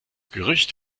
gerücht